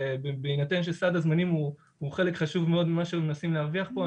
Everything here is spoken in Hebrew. בהינתן שסד הזמנים הוא חלק חשוב מאוד ממה שמנסים להרוויח פה,